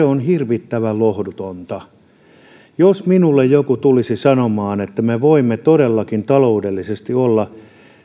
on hirvittävän lohdutonta jos minulle joku tulisi sanomaan että me voimme todellakin taloudellisesti olla